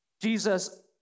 Jesus